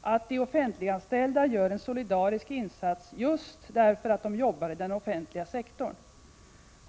att de offentliganställda gör en solidarisk insats just på grund av att de jobbar i den offentliga sektorn.